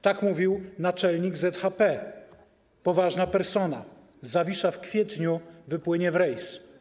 Tak mówił naczelnik ZHP, poważna persona: ˝Zawisza˝ w kwietniu wypłynie w rejs.